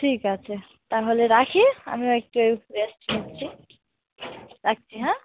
ঠিক আছে তাহলে রাখি আমিও একটু এ রেস্ট নিচ্ছি রাখছি হ্যাঁ